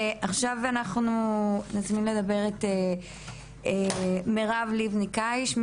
עכשיו אנחנו עוברים לגברת מירב לבני קייש,